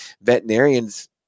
veterinarians